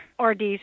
RDs